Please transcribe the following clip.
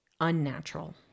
unnatural